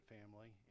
family